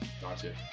Gotcha